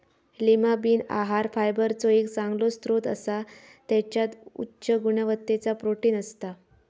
Lima bean आहार फायबरचो एक चांगलो स्त्रोत असा त्याच्यात उच्च गुणवत्तेचा प्रोटीन असता